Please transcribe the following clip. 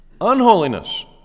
Unholiness